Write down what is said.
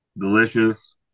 delicious